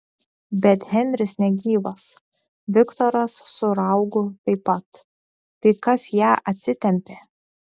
bet henris negyvas viktoras su raugu taip pat tai kas ją atsitempė